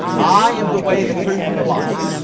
i am the way the truth and the life,